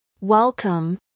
Welcome